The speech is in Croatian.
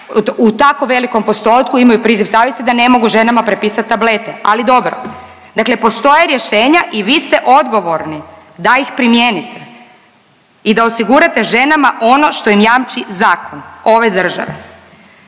u tako velikom postotku imaju priziv savjesti da ne mogu ženama prepisati tablete. Ali dobo, dakle postoje rješenja i vi ste odgovorni da ih primijenite i da osigurate ženama ono što im jamči zakon ove države.